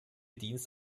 dienst